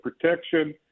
protection